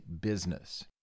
business